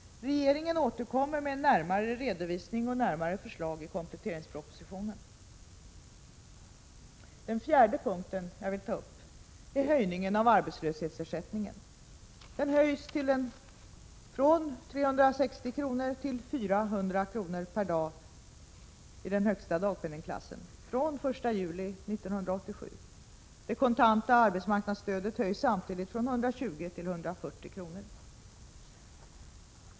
Regeringen återkommer med närmare redovisning och förslag i kompletteringspropositionen. För det fjärde höjs arbetslöshetsersättningens högsta nivå från 360 kr. till 400 kr. per dag fr.o.m. den 1 juli 1987. Det kontanta arbetsmarknadsstödet höjs samtidigt från 120 till 140 kr.